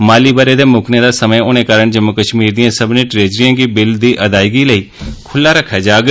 माली ब'रे दे मुक्कने दा समें होनें कारण जम्मू कश्मीर दियें सब्बनें ट्रेजरियें गी बिलें दी अदायगी लेई खुल्ला रक्खेया जाग